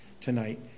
tonight